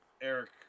Eric